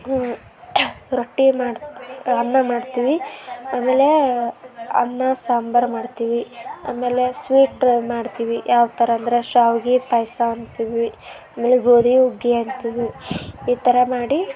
ಹ್ಞೂ ರೊಟ್ಟಿ ಮಾಡಿ ಅನ್ನ ಮಾಡ್ತೀವಿ ಆಮೇಲೇ ಅನ್ನ ಸಾಂಬಾರ್ ಮಾಡ್ತೀವಿ ಆಮೇಲೆ ಸ್ವೀಟು ಮಾಡ್ತೀವಿ ಯಾವಥರ ಅಂದರೆ ಶಾವಿಗೆ ಪಾಯಸ ಅಂತೀವಿ ಆಮೇಲೆ ಗೋಧಿ ಹುಗ್ಗಿ ಅಂತೀವಿ ಈ ಥರ ಮಾಡಿ